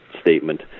statement